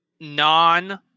non-